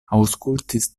aŭskultis